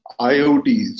IoTs